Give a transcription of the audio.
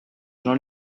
jean